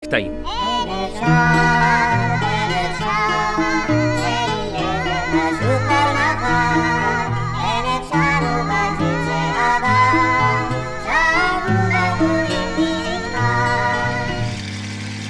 קטעים. הן אפשר הן אפשר שיהיה זה פשוט כבר מחר, הן אפשר כי בג'יפ שעבר שאגו בחורים כי נגמר